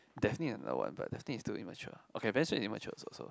daphne is another one but daphne is too immature okay ben's friend is also immature also so